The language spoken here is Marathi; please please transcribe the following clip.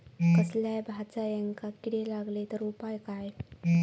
कसल्याय भाजायेंका किडे लागले तर उपाय काय?